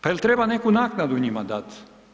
Pa jel treba neku naknadu njima dat?